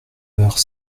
heures